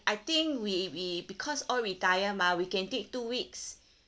I think we we because all retire mah we can take two weeks